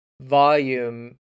volume